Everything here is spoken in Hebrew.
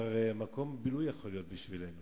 מקום בילוי הן יכולות להיות בשבילנו